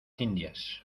indias